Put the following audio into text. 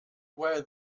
where